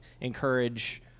encourage